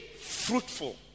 fruitful